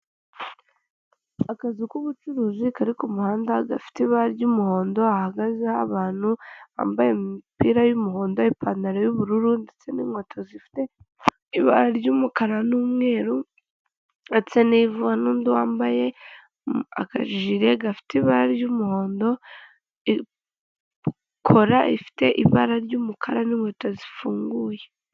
Akazu k'ubucuruzi kari ku kumuhanda gafite ibara ry'umuhondo hahagazeho abantu bambaye imipira y'umuhondo ipantaro y'ubururu ndetse nin'inkweto zifite ibara ry'umukara n'umweru ndetse 'ndi wambaye akajiri gafite ibara ry'umuhondo ikora ifite ibara ry'umukara n'inkweto zifunguye.